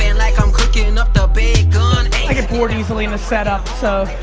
and like i'm cooking up the bacon i get bored easily in this set up, so.